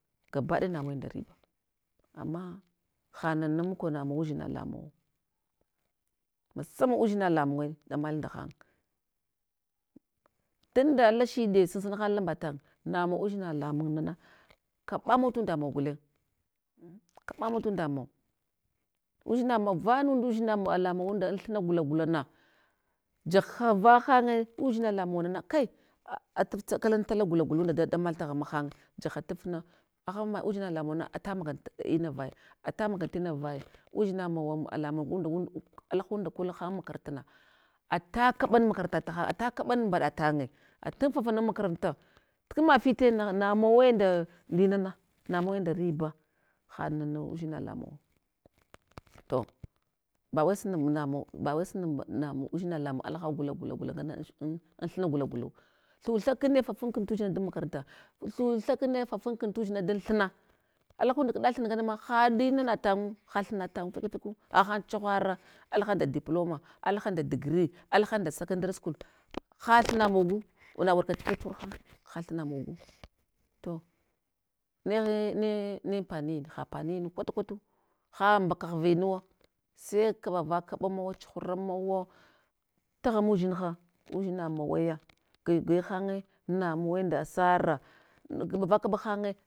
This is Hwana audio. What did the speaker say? Gatbadaya namawe nda riba, ama hanan mukonamawu udzina lamuwa, masaman udzina lamunwe ɗamali ndaghan, tunda alashiɗe sansunahan alanmbatang namawa udzina lamun nana kaɓamawa tunda maw gulenye an kaɓammaw tunda maw udzinamaw vanunɗa udzina ma ala mawanda an tuna gula gulana, jahava hange, udzina lamun wanana kai ataf tsakal tala gula gula gulunda da damal taghan mahanye, jahatafla, agha ma udzina lamunwana ata maga ina vaya, ata maga tina vaya, udzinamawa a lamun bundanwun alahanda kolhan an makarantana ata kaɓal makaranta tahan, ata kaɓal mɓaɗa tanye, atanfafal an makaranta, tukma fite nah namawe nda ndinana, namawe nda riba, hada nana udzina lamun'ngu. To bawai sunab namaw bawai sunab namaw udzina lamun alaha gula, gula, gula, ngana an thina gula gulawu. Thutha kune fafan ku tudzinha dan makaranta, thutha kune fafankun tudzinha dan thina. Alahuvda kɗa thun ngana ma haɗ inanatan'ngu ga thunatang fake, fakew, agha hana chaghwava, alaha nda diploma, alaha nda degree alaha nda secondary school, ha thuna mogu, ana warka chuhure, chur hang, ha thina mogu, to ne ne ampayine, ha ampaniyinu kwata kwatu, ha mbakavinu wa, sai kaɓa va kaɓa mawa, chuhura mawo, taghan mudzinha, udzina mawaya gwayu gwaya hanye, namawe nda asara an kaɓava kaɓa hanye.